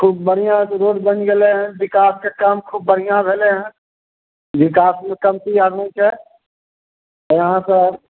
खुब बढ़िआँ से रोड बनि गेलै हन विकास के काम खुब बढ़िआँ भेलै हँ विकास मे कमती आर नहि छै यहाँ सऽ